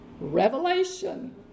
Revelation